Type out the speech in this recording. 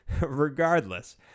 regardless